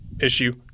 issue